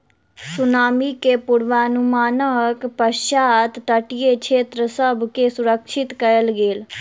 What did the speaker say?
tsunami के पुर्वनुमानक पश्चात तटीय लोक सभ के सुरक्षित कयल गेल